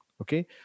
Okay